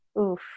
Oof